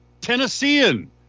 Tennessean